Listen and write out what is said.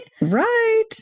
Right